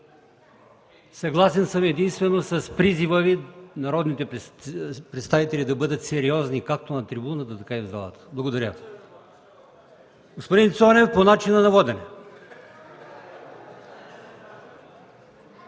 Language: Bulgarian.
Съгласен съм единствено с призива Ви народните представители да бъдат сериозни както на трибуната, така и в залата. Благодаря. Думата има господин Цонев по начина на водене.